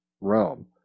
realm